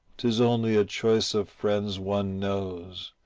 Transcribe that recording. tis only a choice of friends one knows,